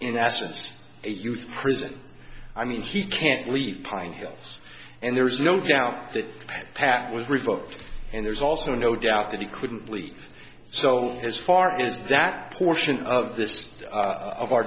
in essence a youth prison i mean he can't leave pine hills and there's no doubt that pat was revoked and there's also no doubt that he couldn't leave so as far as that portion of this of our